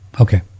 Okay